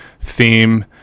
theme